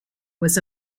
was